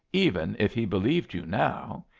even if he believed you now,